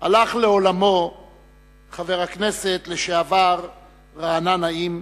הלך לעולמו חבר הכנסת לשעבר רענן נעים,